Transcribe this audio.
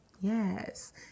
Yes